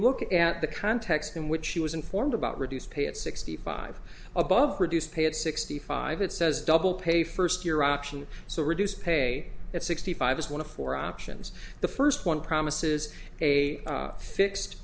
look at the context in which she was informed about reduced pay at sixty five above reduced pay at sixty five it says double pay first year option so reduce pay at sixty five is one of the four options the first one promises a fixed